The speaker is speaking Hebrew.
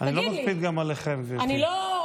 אני לא מקפיד גם עליכם, גברתי.